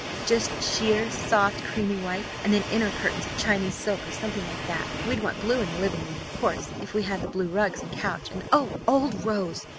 just sheer, soft, creamy white. and then inner curtains of chinese silk or something like that. we'd want blue in the living-room, of course, if we had the blue rugs and couch, and oh! old rose,